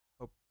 hope